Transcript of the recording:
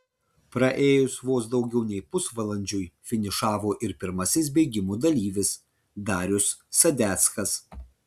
praėjus vos daugiau nei pusvalandžiui finišavo ir pirmasis bėgimo dalyvis darius sadeckas